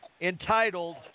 entitled